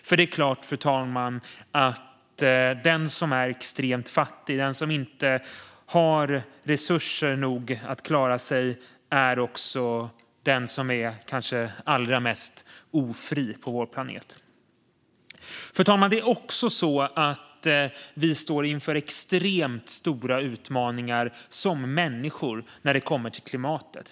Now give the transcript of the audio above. För det är klart, fru talman, att den som är extremt fattig och inte har resurser nog att klara sig också är den som är kanske allra mest ofri på vår planet. Fru talman! Vi står också som människor inför extremt stora utmaningar när det gäller klimatet.